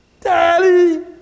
Daddy